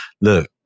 look